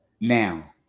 now